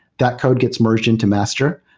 that code gets merged into master.